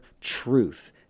truth